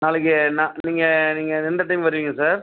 நாளைக்கு நான் நீங்கள் நீங்கள் எந்த டைம் வருவீங்க சார்